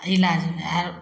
इलाजमे आओर